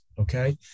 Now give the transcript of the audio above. Okay